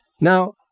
Now